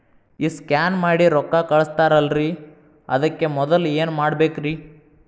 ಈ ಸ್ಕ್ಯಾನ್ ಮಾಡಿ ರೊಕ್ಕ ಕಳಸ್ತಾರಲ್ರಿ ಅದಕ್ಕೆ ಮೊದಲ ಏನ್ ಮಾಡ್ಬೇಕ್ರಿ?